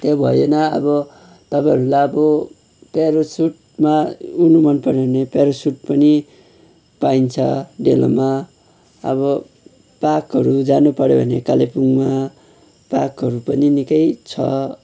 त्यहाँ भएन आब तपाईँहरूलाई अब प्यारासुटमा उड्नु मन पर्यो भने प्यारासुट पनि पाइन्छ डेलोमा अब पार्कहरू जानु पर्यो भने कालेबुङमा पार्कहरू पनि निकै छ